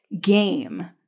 game